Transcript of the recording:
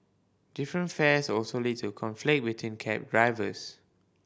different fares also lead to conflict between cab drivers